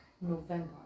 November